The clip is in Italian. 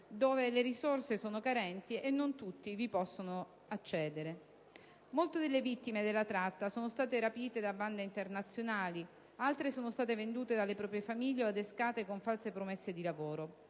dove le risorse sono carenti e non tutti vi possono accedere. Molte delle vittime della tratta sono state rapite da bande internazionali, altre sono state vendute dalle proprie famiglie o adescate con false promesse di lavoro.